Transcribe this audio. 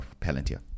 Palantir